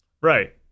Right